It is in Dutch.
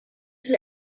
het